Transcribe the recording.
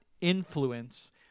influence